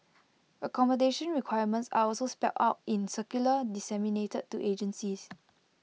accommodation requirements are also spelt out in circulars disseminated to agencies